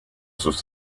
sus